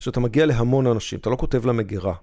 שאתה מגיע להמון אנשים, אתה לא כותב למגירה.